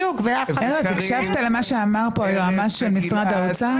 ארז, הקשבת למה שאמר פה היועמ"ש של משרד האוצר?